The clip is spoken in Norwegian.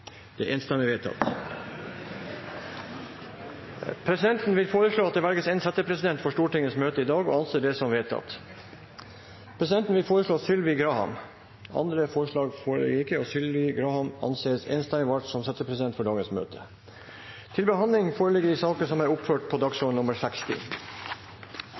Det er enstemmig vedtatt. Presidenten vil foreslå at det velges en settepresident for Stortingets møte i dag – og anser det som vedtatt. Presidenten vil foreslå Sylvi Graham. – Andre forslag foreligger ikke, og Sylvi Graham anses enstemmig valgt som settepresident for dagens møte